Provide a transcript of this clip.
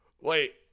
wait